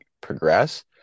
progress